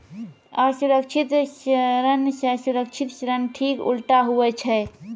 असुरक्षित ऋण से सुरक्षित ऋण ठीक उल्टा हुवै छै